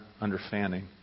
understanding